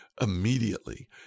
Immediately